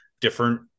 different